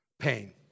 pain